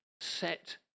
set